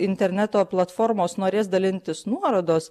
interneto platformos norės dalintis nuorodos